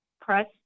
press